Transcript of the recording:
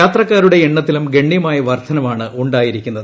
യാത്രക്കാരുടെ എണ്ണത്തിലും ഗണ്യമായ വർദ്ധന വാണ് ഉണ്ടായിരിക്കുന്നത്